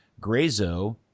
Grezo